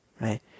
right